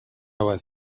was